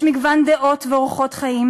יש מגוון דעות ואורחות חיים,